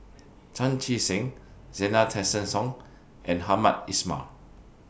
Chan Chee Seng Zena Tessensohn and Hamed Ismail